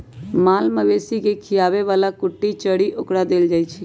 माल मवेशी के खीयाबे बला कुट्टी चरी ओकरा देल जाइ छै